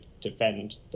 defend